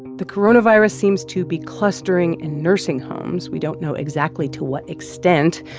the coronavirus seems to be clustering in nursing homes. we don't know exactly to what extent.